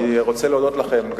אני רוצה להודות לכם,